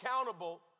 accountable